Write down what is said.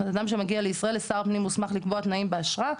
בן אדם שמגיע לישראל שר הפנים מוסמך לקבוע תנאים באשרה.